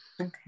Okay